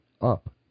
up